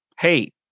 Hey